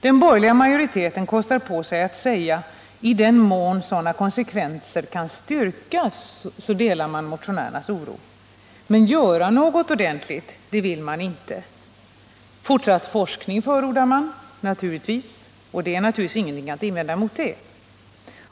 Den borgerliga majoriteten kostar på sig att säga att ”i den mån sådana konsekvenser kan styrkas” delar man motionärernas oro. Men göra något ordentligt vill man inte. Fortsatt forskning förordar man, naturligtvis — och det är givetvis ingenting att invända mot det.